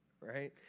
right